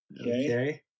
Okay